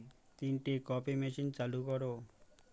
তিনটি coffee machine চালু করো